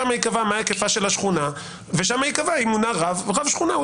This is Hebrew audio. שם ייקבע מה היקפה של השכונה ושם ייקבע אם מונה רב שכונה.